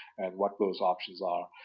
and what those options are.